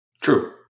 True